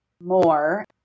more